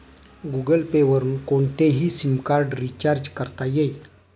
Google Pay वरुन कोणतेही SIM card recharge करता येईल